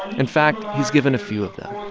in fact, he's given a few of them.